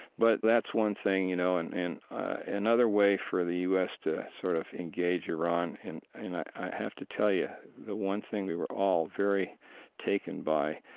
but that's one thing, you know? and and another way for the u s. to sort of engage iran in and i have to tell you, the one thing we were all very taken by,